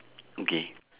okay